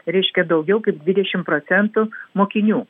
reiškia daugiau kaip dvidešim procentų mokinių